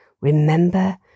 Remember